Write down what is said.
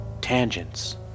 tangents